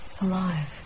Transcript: alive